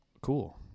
Cool